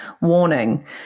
warning